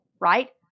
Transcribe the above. right